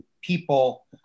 people